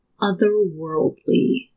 otherworldly